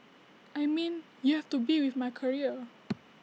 I mean you have to be with my career